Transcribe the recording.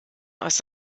aus